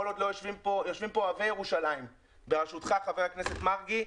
יושבים פה אוהבי ירושלים בראשותך ח"כ מרגי,